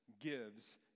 gives